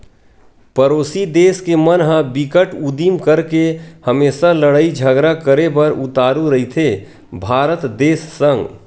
परोसी देस के मन ह बिकट उदिम करके हमेसा लड़ई झगरा करे बर उतारू रहिथे भारत देस संग